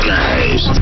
Guys